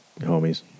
homies